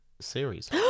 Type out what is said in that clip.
series